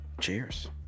Cheers